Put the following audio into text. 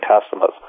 customers